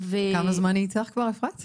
כמה זמן היא איתך כבר, אפרת?